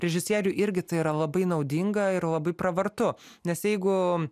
režisieriui irgi tai yra labai naudinga ir labai pravartu nes jeigu